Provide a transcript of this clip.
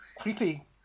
creepy